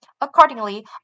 accordingly